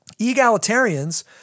egalitarians